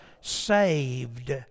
saved